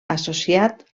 associat